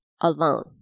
alone